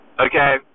Okay